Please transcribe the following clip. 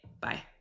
Bye